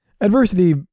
adversity